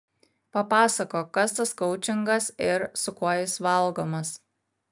papasakok kas tas koučingas ir su kuo jis valgomas